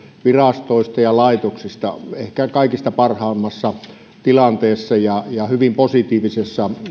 virastoista ja laitoksista ehkä kaikista parhaimmassa tilanteessa ja ja hyvin positiivisia